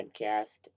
podcast